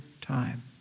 time